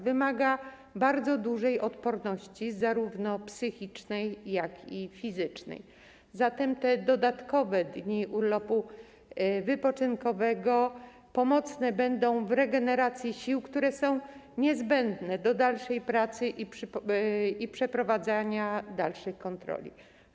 Wymaga bardzo dużej odporności zarówno psychicznej, jak i fizycznej, zatem te dodatkowe dni urlopu wypoczynkowego będą pomocne w regeneracji sił, które są niezbędne do dalszej pracy i przeprowadzania dalszych kontroli.